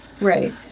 Right